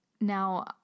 Now